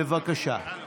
בבקשה.